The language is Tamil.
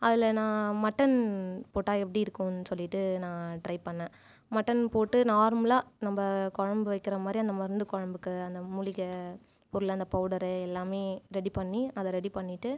அதில் நான் மட்டன் போட்டால் எப்படி இருக்கும் சொல்லிட்டு நான் ட்ரை பண்ணினேன் மட்டன் போட்டு நார்மலாக நம்ப குழம்பு வைக்கிற மாதிரி அந்த மருந்து குழம்புக்கு அந்த மூலிகை பொருளை அந்த பௌடர் எல்லாமே ரெடி பண்ணி அதை ரெடி பண்ணிட்டு